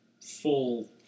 full